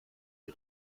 die